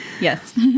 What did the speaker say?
Yes